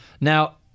Now